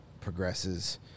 progresses